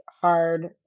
hard